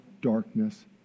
darkness